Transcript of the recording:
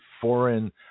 Foreign